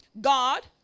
God